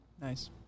Nice